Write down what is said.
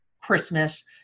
Christmas